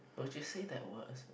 would you say that word